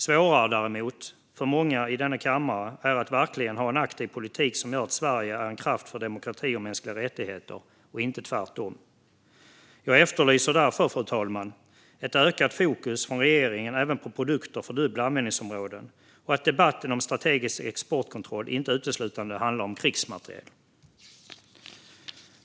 Svårare för många i denna kammare är däremot att verkligen ha en aktiv politik som gör att Sverige är en kraft för demokrati och mänskliga rättigheter och inte tvärtom. Jag efterlyser därför, fru talman, ett ökat fokus från regeringen även på produkter med dubbla användningsområden och att debatten om strategisk exportkontroll inte uteslutande ska handla om krigsmateriel.